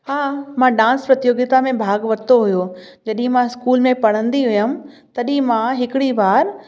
हा मां डांस प्रतियोगिता में भाॻु वरितो हुयो जॾ्हिं मां इस्कूल में पढ़ंदी हुयमि तॾहिं मां हिकिड़ी बार